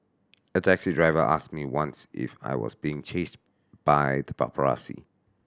a taxi driver asked me once if I was being chased by the paparazzi